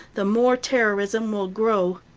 the more terrorism will grow.